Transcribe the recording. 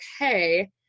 okay